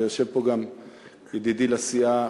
ויושב פה גם ידידי לסיעה,